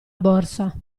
borsa